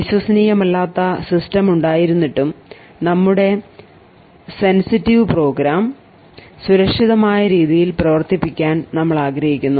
വിശ്വസനീയമല്ലാത്ത system ഉണ്ടായിരുന്നിട്ടും നമ്മളുടെ sensitive program സുരക്ഷിതവുമായ രീതിയിൽ പ്രവർത്തിപ്പിക്കാൻ നമ്മൾ ആഗ്രഹിക്കുന്നു